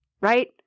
right